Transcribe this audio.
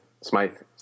Smith